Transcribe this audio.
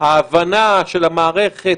של הבנת המערכת,